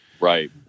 Right